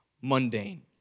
mundane